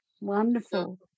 wonderful